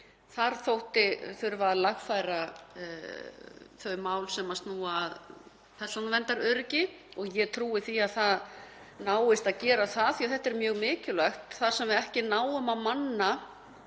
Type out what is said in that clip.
Þar þótti þurfa að lagfæra þau mál sem snúa að persónuverndaröryggi og ég trúi því að það náist að gera, því að það er mjög mikilvægt þar sem við náum ekki að manna